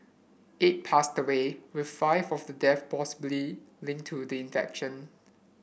eight passed away with five of the deaths possibly linked to the infection